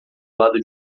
lado